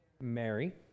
Mary